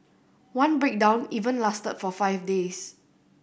one breakdown even lasted for five days